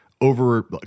over